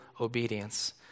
obedience